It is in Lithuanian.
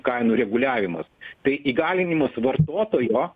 kainų reguliavimas tai įgalinimas vartotojo